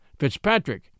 Fitzpatrick